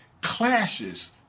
clashes